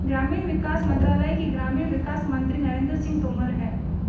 ग्रामीण विकास मंत्रालय के ग्रामीण विकास मंत्री नरेंद्र सिंह तोमर है